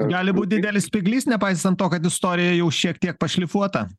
gali būt didelis spyglys nepaisant to kad istorija jau šiek tiek pašlifuota